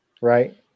right